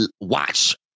watch